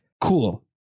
cool